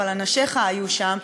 אבל אנשיך היו שם.